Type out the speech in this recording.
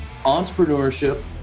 entrepreneurship